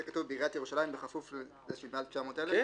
שיהיה כתוב: בעיריית ירושלים בכפוף למעל 900 אלף?